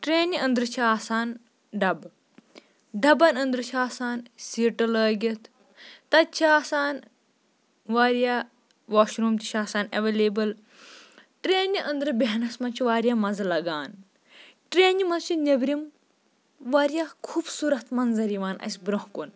ٹرٛینہِ أنٛدرٕ چھِ آسان ڈَبہٕ ڈَبَن أنٛدرٕ چھِ آسان سیٖٹہٕ لٲگِتھ تَتہِ چھِ آسان واریاہ واشروٗم تہِ چھِ آسان اٮ۪وَلیبٕل ٹرٛینہِ أنٛدرٕ بیٚہنَس منٛز چھِ واریاہ مَزٕ لگان ٹرٛینہِ منٛز چھِ ںٮ۪برِم واریاہ خوٗبصوٗرت منظر یِوان اَسہِ برونٛہہ کُن